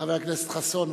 חבר הכנסת חסון,